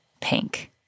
pink